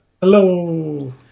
Hello